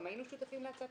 גם היינו שותפים להצעת